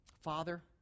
Father